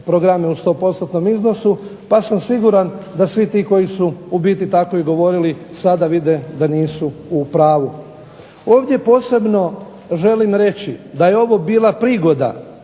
u 100%-tnom iznosu pa sam siguran da svi ti koji su u biti tako i govorili sada vide da nisu u pravu. Ovdje posebno želim reći da je ovo bila prigoda